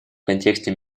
контексте